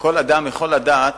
שכל אדם יכול לדעת,